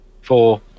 Four